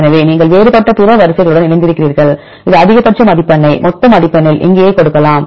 எனவே நீங்கள் வேறுபட்ட பிற வரிசைகளுடன் இணைந்திருக்கிறீர்கள் இந்த அதிகபட்ச மதிப்பெண்ணை மொத்த மதிப்பெண்ணில் இங்கேயே கொடுக்கலாம்